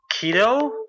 keto